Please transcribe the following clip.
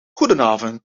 goedenavond